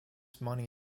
money